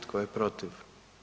Tko je protiv?